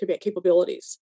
capabilities